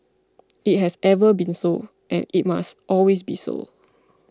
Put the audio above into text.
it has ever been so and it must always be so